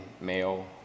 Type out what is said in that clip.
male